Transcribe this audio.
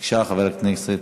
בבקשה, חבר הכנסת